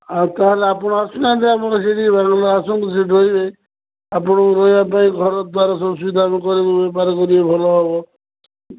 ଆଉ ତା'ହେଲେ ଆପଣ ଆସୁନାହାଁନ୍ତି ଆମର ସେଇଠି ବାଙ୍ଗଲୋର ଆସନ୍ତୁ ସେଠି ରହିବେ ଆପଣଙ୍କୁ ରହିବା ପାଇଁ ଘର ଦ୍ୱାର ସବୁ ସୁବିଧା ଆମେ କରିବୁ ବେପାର କରିବେ ଭଲ ହବ